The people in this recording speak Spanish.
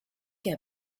que